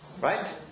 Right